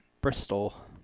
Bristol